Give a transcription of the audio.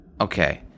Okay